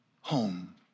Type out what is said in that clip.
home